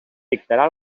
dictarà